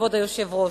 כבוד היושב-ראש,